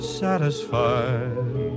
satisfied